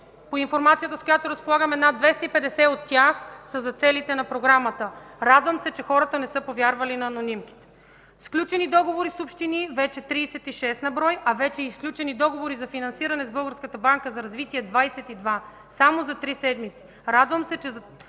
По информацията, с която разполагаме, от тях вече над 250 са за целите на програмата. Радвам се, че хората не са повярвали на анонимките. Сключени договори с общини – вече 36 на брой, а вече и сключени договори за финансиране с Българската банка за развитие – 22, само за три седмици. Радвам се, че